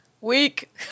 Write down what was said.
week